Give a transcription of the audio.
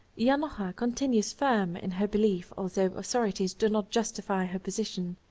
janotha continues firm in her belief although authorities do not justify her position.